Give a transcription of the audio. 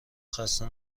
خسته